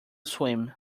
swim